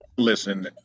Listen